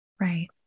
right